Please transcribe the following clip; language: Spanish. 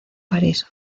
parís